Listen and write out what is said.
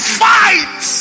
fight